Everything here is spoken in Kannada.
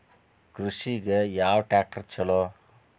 ಕೃಷಿಗ ಯಾವ ಟ್ರ್ಯಾಕ್ಟರ್ ಛಲೋ?